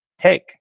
take